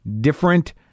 different